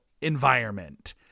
environment